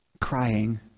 crying